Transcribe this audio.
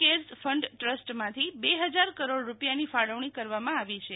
CARES fund ટ્રસ્ટમાંથી બે હજાર કરોડ રૂપિયાની ફાળવણી કરવામાં આવી છે